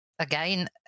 Again